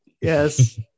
yes